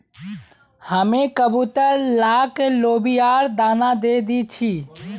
हामी कबूतर लाक लोबियार दाना दे दी छि